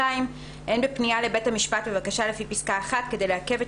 (2)אין בפנייה לבית המשפט בבקשה לפי פסקה (1) כדי לעכב את